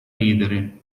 ridere